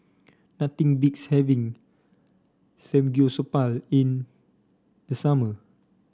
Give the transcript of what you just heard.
nothing beats having Samgyeopsal in the summer